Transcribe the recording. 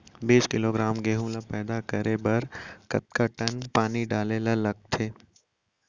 बीस किलोग्राम गेहूँ ल पैदा करे बर कतका टन पानी डाले ल लगथे?